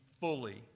fully